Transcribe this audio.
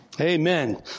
Amen